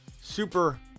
Super